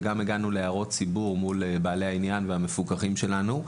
וגם הגענו להערות ציבור מול בעלי העניין והמפוקחים שלנו.